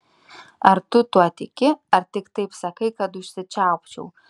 ar tu tuo tiki ar tik taip sakai kad užsičiaupčiau